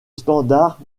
standard